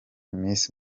miss